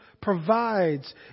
provides